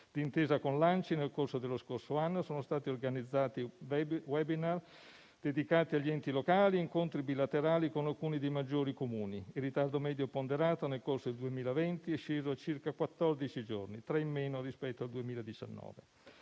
D'intesa con l'ANCI, nel corso dello scorso anno sono stati organizzati *webinar* dedicati agli enti locali e incontri bilaterali con alcuni dei maggiori Comuni. Il ritardo medio ponderato nel corso del 2020 è sceso a circa quattordici giorni, tre in meno rispetto al 2019.